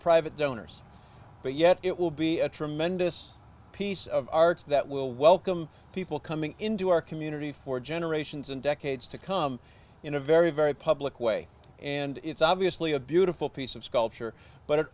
private donors but yet it will be a tremendous piece of art that will welcome people coming into our community for generations and decades to come in a very very public way and it's obviously a beautiful piece of sculpture but